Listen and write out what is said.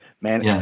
man